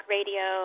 Radio